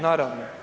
Naravno.